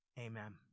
Amen